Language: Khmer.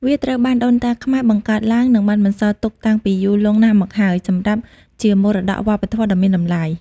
វាត្រូវបានដូនតាខ្មែរបង្កើតឡើង និងបានបន្សល់ទុកតាំងពីយូរលង់ណាស់មកហើយ សម្រាប់ជាមរតកវប្បធម៌ដ៏មានតម្លៃ។